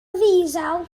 ddiesel